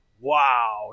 wow